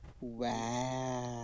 wow